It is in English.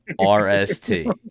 RST